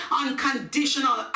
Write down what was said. unconditional